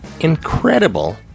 incredible